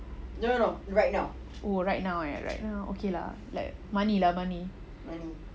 oo right now ah right now okay lah like money lah money